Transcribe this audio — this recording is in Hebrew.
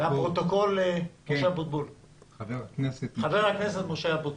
חבר הכנסת משה אבוטבול.